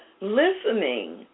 listening